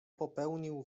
popełnił